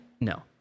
No